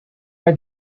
are